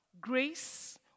grace